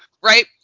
Right